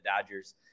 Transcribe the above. Dodgers